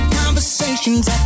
conversations